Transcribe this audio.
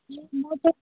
ए म त